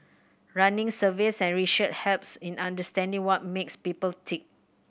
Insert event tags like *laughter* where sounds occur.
running surveys and *unintelligible* helps in understanding what makes people tick